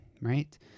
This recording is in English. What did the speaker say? right